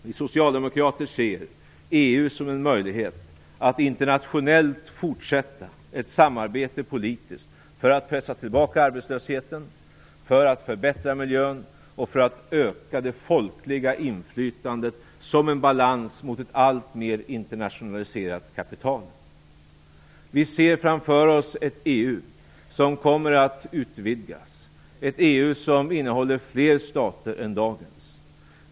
Vi socialdemokrater ser EU som en möjlighet att internationellt fortsätta ett politiskt samarbete för att pressa tillbaka arbetslösheten, för att förbättra miljön och för att öka det folkliga inflytandet som en balans mot ett allt mer internationaliserat kapital. Vi ser framför oss ett EU som kommer att utvidgas, ett EU som innehåller fler stater än dagens.